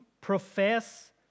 profess